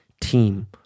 team